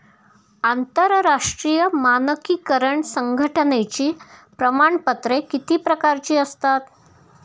आंतरराष्ट्रीय मानकीकरण संघटनेची प्रमाणपत्रे किती प्रकारची असतात?